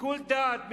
בשיקול דעת מקצועי,